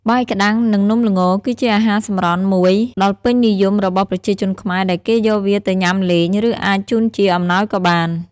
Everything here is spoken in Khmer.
បាយក្ដាំង និងនំល្ងគឺជាអាហារសម្រន់មួយដល់ពេញនិយមរបស់ប្រជាជនខ្មែរ ដែលគេយកវាទៅញ៉ាំលេង ឬអាចជូនជាអំណោយក៏បាន។